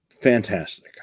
fantastic